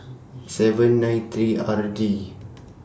seven nine three R D